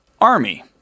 army